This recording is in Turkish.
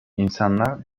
insanlar